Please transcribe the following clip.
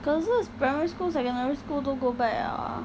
可是 primary school secondary school 都 go back 了 ah